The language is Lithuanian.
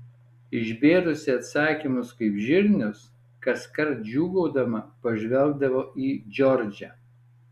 išbėrusi atsakymus kaip žirnius kaskart džiūgaudama pažvelgdavo į džordžą